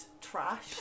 trash